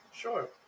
Sure